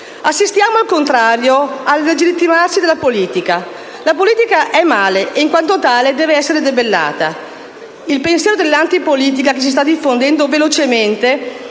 Assistiamo, al contrario a una delegittimazione della politica. La politica è male e, in quanto tale, deve essere debellata. Il pensiero dell'antipolitica che si sta diffondendo velocemente,